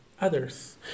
others